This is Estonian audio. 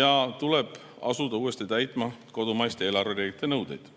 ja tuleb asuda uuesti täitma kodumaiste eelarvereeglite nõudeid.